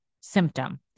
symptom